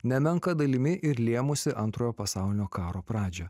nemenka dalimi ir lėmusi antrojo pasaulinio karo pradžią